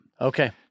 Okay